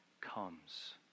comes